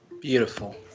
Beautiful